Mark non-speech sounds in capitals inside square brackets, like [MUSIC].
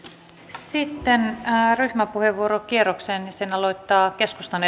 sitten ryhmäpuheenvuorokierrokseen ja sen aloittaa keskustan [UNINTELLIGIBLE]